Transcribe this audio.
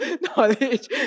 knowledge